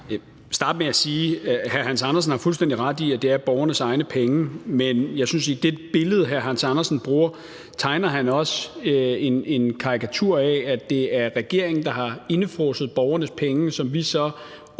vil starte med at sige, at hr. Hans Andersen har fuldstændig ret i, at det er borgernes egne penge. Men jeg synes, at i det billede, hr. Hans Andersen bruger, tegner han også en karikatur af, at det er regeringen, der har indefrosset borgernes penge, som vi så opbevarer.